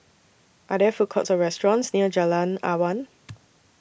Are There Food Courts Or restaurants near Jalan Awan